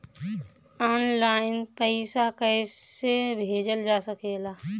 आन line पईसा कईसे भेजल जा सेकला?